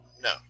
No